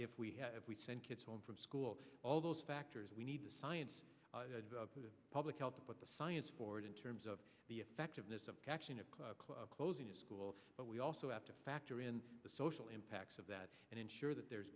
if we have if we send kids home from school all those factors we need the science the public health but the science forward in terms of the effectiveness of closing a school but we also have to factor in the social impacts of that and ensure that there